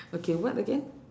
okay what again